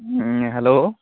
ᱦᱮᱸ ᱦᱮᱞᱳ